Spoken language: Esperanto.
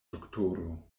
doktoro